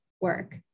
work